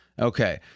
Okay